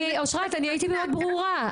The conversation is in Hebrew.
אני הייתי מאוד ברורה.